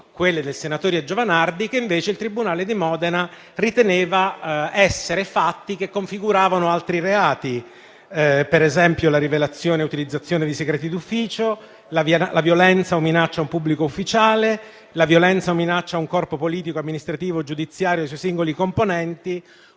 quelle del senatore Giovanardi, che invece il tribunale di Modena riteneva essere fatti che configuravano altri reati, per esempio la rivelazione e utilizzazione di segreti d'ufficio, la violenza o minaccia a un pubblico ufficiale, la violenza o minaccia un corpo politico, amministrativo, giudiziario e ai suoi singoli componenti,